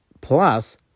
plus